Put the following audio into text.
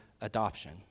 adoption